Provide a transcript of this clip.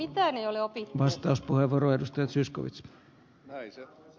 mitään ei ole opittu